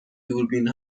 دوربین